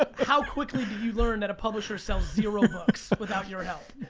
ah how quickly do you learn that a publisher sells zero books without your help?